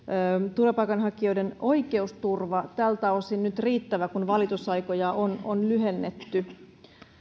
turvapaikanhakijoiden oikeusturva tältä osin nyt riittävä kun valitusaikoja on on lyhennetty